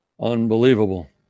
unbelievable